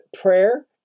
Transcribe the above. prayer